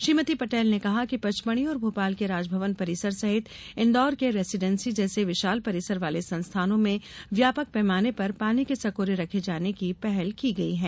श्रीमती पटेल ने कहा कि पचमढ़ी और भोपाल के राज भवन परिसर सहित इंदौर के रेसीडेंसी जैसे विशाल परिसर वाले संस्थानों में व्यापक पैमाने पर पानी के सकोरे रखे जाने की पहल की गई है